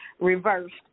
reversed